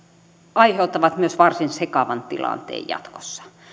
aiheuttavat myös varsin sekavan tilanteen jatkossa